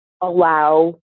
allow